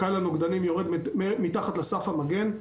קו הנוגדנים יורד מתחת לסף המגן.